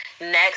Next